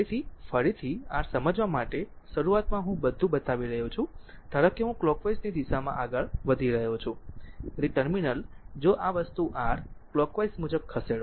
તેથી ફરીથી r સમજવા માટે શરૂઆતમાં હું બધું બતાવી રહ્યો છું ધારો કે હું કલોકવાઈઝ ની દિશામાં આગળ વધી રહ્યો છું તેથી ટર્મિનલ જો આ વસ્તુ r કલોકવાઈઝ મુજબ ખસેડો